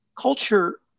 culture